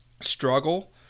struggle